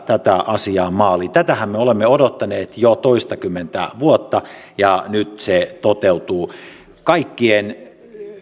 tätä asiaa maaliin tätähän me olemme odottaneet jo toistakymmentä vuotta ja nyt se toteutuu kaikkien